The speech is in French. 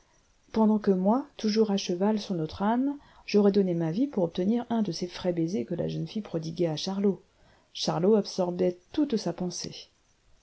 pendant que moi toujours à cheval sur notre âne j'aurais donné ma vie pour obtenir un de ces frais baisers que la jeune fille prodiguait à charlot charlot absorbait toute sa pensée